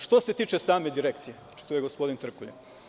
Što se tiče same direkcije što je gospodin Trkulja.